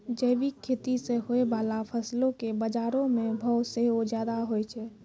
जैविक खेती से होय बाला फसलो के बजारो मे भाव सेहो ज्यादा होय छै